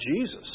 Jesus